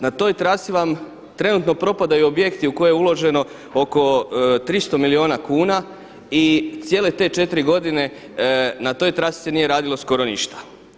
Na toj trasi vam trenutno propadaju objekti u koje je uloženo oko 300 milijuna kuna i cijele te 4 godine na toj trasi se nije radilo skoro ništa.